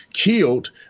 Killed